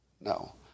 no